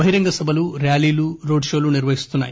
బహిరంగ సభలు ర్యాలీలు రోడ్ షోలు నిర్వహిస్తున్నాయి